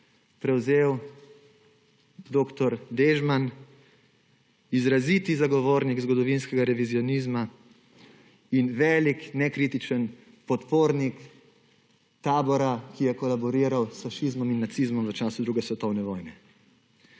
prevzel dr. Dežman, izrazit zagovornik zgodovinskega revizionizma in velik nekritičen podpornik tabora, ki je kolabiral s fašizmom in nacizmom v času druge svetovne vojne.